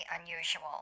unusual